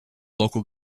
local